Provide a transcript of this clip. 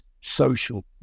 social